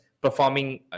performing